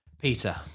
Peter